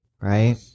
right